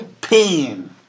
pain